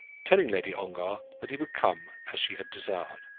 telling lady ongar that he would come as she had desired.